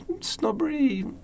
Snobbery